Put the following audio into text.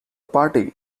party